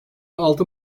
altı